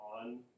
on